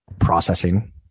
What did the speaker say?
processing